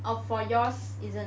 oh for yours isn't